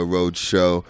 Roadshow